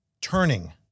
turning